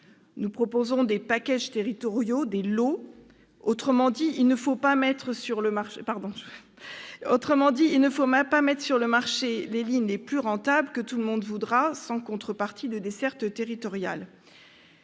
nous proposons des « packages territoriaux », des « lots ». Autrement dit, il ne faut pas mettre sur le marché les lignes les plus rentables que tout le monde voudra, sans contrepartie de desserte territoriale.